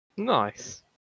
Nice